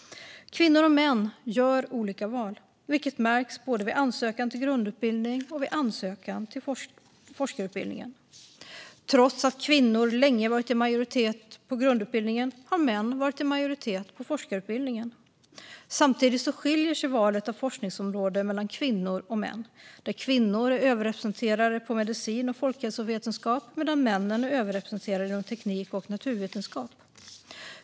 Kvinnor och män gör olika val, vilket märks vid ansökan både till grundutbildning och forskarutbildning. Trots att kvinnor länge har varit i majoritet på grundutbildningen har män varit i majoritet på forskarutbildningen. Samtidigt skiljer sig valet av forskningsområde mellan kvinnor och män åt, där kvinnor är överrepresenterade inom medicin och folkhälsovetenskap medan männen är överrepresenterade inom teknik och naturvetenskap.